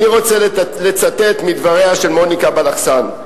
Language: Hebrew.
אני רוצה לצטט מדבריה של מוניקה בלחסן: